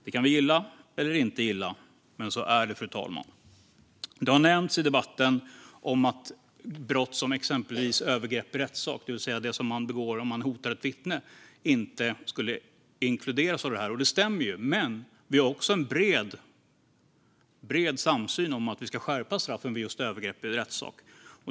Det kan vi gilla eller inte gilla, men så är det, fru talman. Det har nämnts i debatten att brott som exempelvis övergrepp i rättssak, det vill säga att man hotar ett vittne, inte inkluderas i det här, och det stämmer. Men vi har också en bred samsyn om att vi ska skärpa straffen för just övergrepp i rättssak.